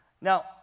Now